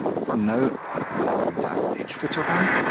for now i'm going to add a page footer band,